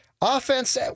offense